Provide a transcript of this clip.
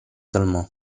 calmò